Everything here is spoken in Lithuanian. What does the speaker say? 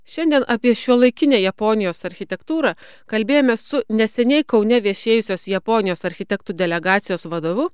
šiandien apie šiuolaikinę japonijos architektūrą kalbėjomės su neseniai kaune viešėjusios japonijos architektų delegacijos vadovu